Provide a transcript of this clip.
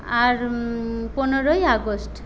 আর পনেরোই আগস্ট